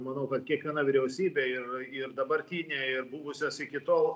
manau kad kiekviena vyriausybė ir ir dabartinė ir buvusios iki tol